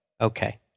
okay